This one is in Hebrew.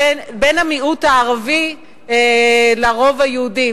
בין המיעוט הערבי לרוב היהודי,